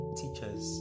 teachers